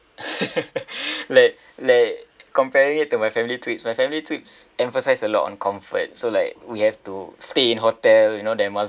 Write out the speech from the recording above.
like like comparing it to my family trips my family trips emphasize a lot on comfort so like we have to stay in hotel you know there must